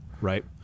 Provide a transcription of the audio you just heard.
Right